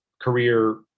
career